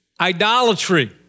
idolatry